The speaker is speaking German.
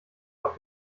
auf